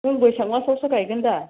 नों बैसाग मासआवसो गायगोन दा